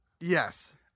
Yes